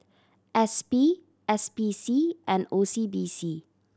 S P S P C and O C B C